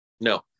No